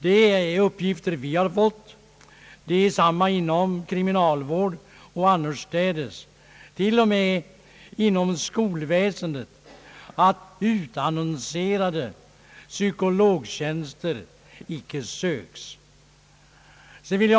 Detsamma är förhållandet inom kriminalvården och på andra håll, till och med inom skolväsendet — utannonserade psykologtjänster söks inte.